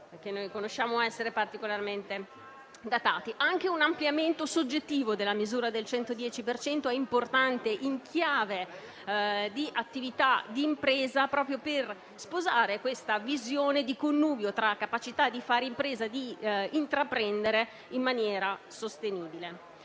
che noi conosciamo essere particolarmente datati. Anche un ampliamento soggettivo della misura del 110 per cento è importante in chiave di attività di impresa, proprio per sposare la visione di connubio tra capacità di fare impresa e di intraprendere in maniera sostenibile.